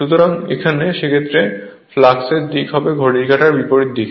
সুতরাং সেক্ষেত্রে ফ্লাক্সের দিক হবে ঘড়ির কাঁটার বিপরীত দিকে